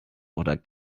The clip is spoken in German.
oder